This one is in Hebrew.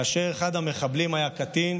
כאשר אחד המחבלים היה קטין,